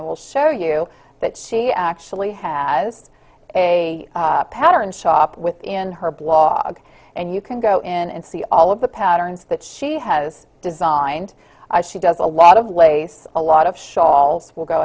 i will show you that she actually has a pattern shop within her blog and you can go in and see all of the patterns that she has designed she does a lot of lace a lot of